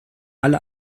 alle